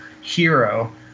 hero